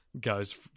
goes